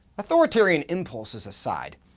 authoritarian impulses aside,